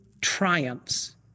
triumphs